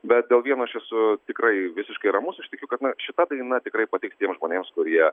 bet dėl vieno aš esu tikrai visiškai ramus aš tikiu kad šita daina tikrai patiks tiems žmonėms kurie